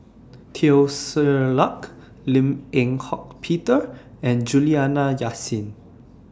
Teo Ser Luck Lim Eng Hock Peter and Juliana Yasin